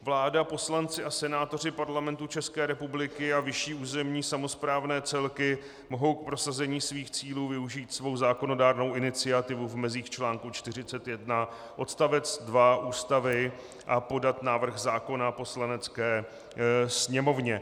Vláda, poslanci a senátoři Parlamentu České republiky a vyšší územní samosprávné celky mohou k prosazení svých cílů využít svou zákonodárnou iniciativu v mezích článku 41 odst. 2 Ústavy a podat návrh zákona Poslanecké sněmovně.